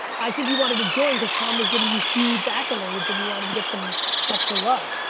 i think you wanted to join cause tom was giving you huge accolades and you wanted to get some extra love.